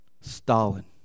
Stalin